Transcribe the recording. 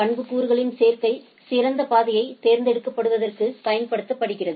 பண்புக்கூறுகளின் சேர்க்கை சிறந்த பாதையைத் தேர்ந்தெடுப்பதற்குப் பயன்படுத்தப்படுகிறது